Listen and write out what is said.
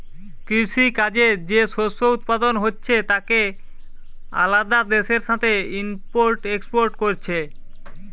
কৃষি কাজে যে শস্য উৎপাদন হচ্ছে তাকে আলাদা দেশের সাথে ইম্পোর্ট এক্সপোর্ট কোরছে